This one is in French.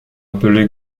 appelé